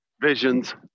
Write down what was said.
visions